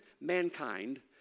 mankind